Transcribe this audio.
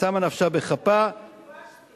שמה נפשה בכפה, אחרי ושתי.